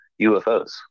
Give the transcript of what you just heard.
ufos